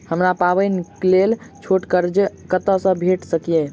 हमरा पाबैनक लेल छोट कर्ज कतऽ सँ भेटि सकैये?